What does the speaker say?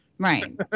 Right